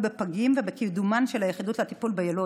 בפגים ובקידומן של היחידות לטיפול ביילוד,